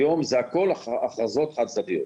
היום זה הכול החלטות חד צדדיות.